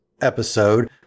episode